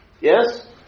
Yes